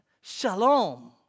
shalom